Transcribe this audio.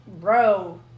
bro